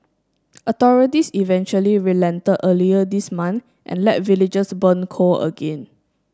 authorities eventually relented earlier this month and let villagers burn coal again